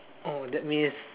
oh that means